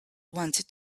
wanted